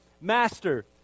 Master